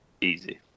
Easy